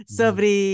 sobre